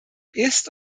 ist